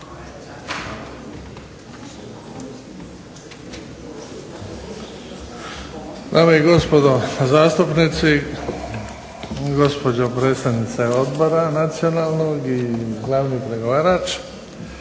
Dame i gospodo zastupnici, gospođo predsjednice Odbora nacionalnog, i glavni pregovarač.